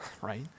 right